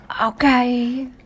Okay